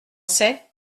sait